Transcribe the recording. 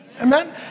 Amen